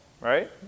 right